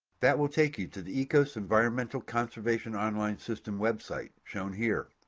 that will take you to the ecos environmental conservation online system website, shown here.